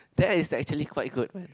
that is actually quite good what